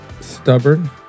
Stubborn